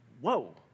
Whoa